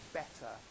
better